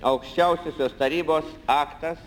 aukščiausiosios tarybos aktas